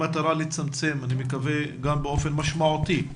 במטרה לצמצם, אני מקווה שגם באופן משמעותי,